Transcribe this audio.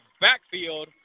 backfield